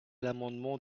l’amendement